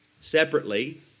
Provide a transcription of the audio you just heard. separately